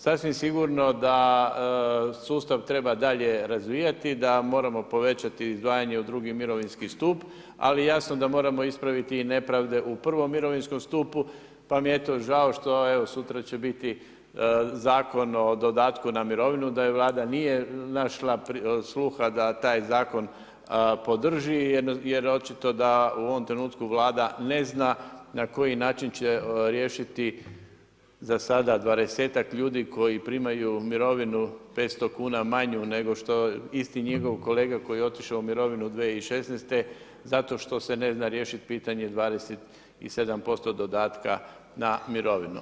Sasvim sigurno da sustav treba dalje razvijati i da moramo povećati izdvajanje u drugi mirovinski stup, ali jasno da moramo ispraviti i nepravde u prvom mirovinskom stupu, pa mi je eto žao što će sutra biti Zakon o dodatku na mirovinu, da Vlada nije našla sluha da taj Zakon podrži jer očito da u ovom trenutku Vlada ne zna na koji način će riješiti zasada 20-ak ljudi koji primaju mirovinu 500 kuna manju nego što isti njihov kolega koji je otišao u mirovinu 2016. zato što ste ne zna riješiti pitanje 27% dodatka na mirovinu.